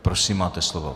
Prosím, máte slovo.